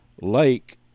Lake